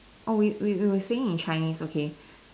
oh we we were saying in Chinese okay